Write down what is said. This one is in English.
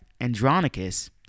Andronicus